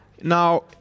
Now